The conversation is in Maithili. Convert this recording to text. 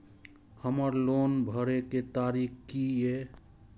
हमर लोन भरय के तारीख की ये?